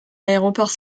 aéroports